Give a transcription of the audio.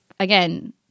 Again